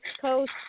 coast